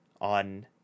on